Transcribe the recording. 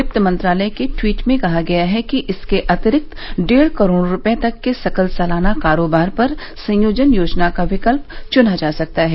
वित्त मंत्रालय के ट्वीट में कहा गया है कि इसके अतिरिक्त डेढ़ करोड़ रुपए तक के सकल सालाना कारोबार पर संयोजन योजना का विकल्प चुना जा सकता है